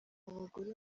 abagore